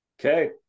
Okay